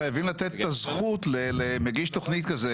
חייבים לתת את הזכות למגיש תוכנית כזה.